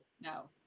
No